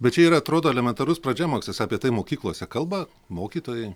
bet čia yra atrodo elementarus pradžiamokslis apie tai mokyklose kalba mokytojai